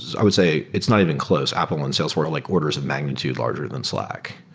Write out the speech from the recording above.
i would say it's not even close. apple and salesforce are like orders of magnitude larger than slack.